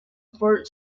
for